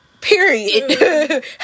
Period